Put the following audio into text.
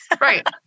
Right